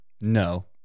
No